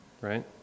right